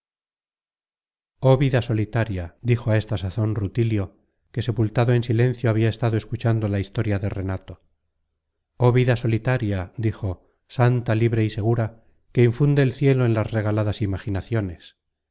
vida solitaria dijo á esta sazon rutilio que sepultado en silencio habia estado escuchando la historia de renato oh vida solitaria dijo santa libre y segura que infunde el cielo en las regaladas imaginaciones